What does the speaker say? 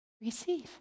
receive